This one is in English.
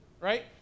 right